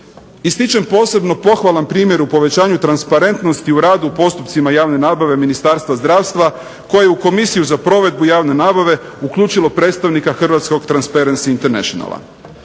Ističem posebno pohvalan primjer u povećanju transparentnosti u radu postupcima javne nabave Ministarstva zdravstva koji je u komisiju za provedbu javne nabave uključilo predstavnika hrvatskog Transparency Internationala.